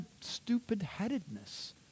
stupid-headedness